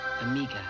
Amiga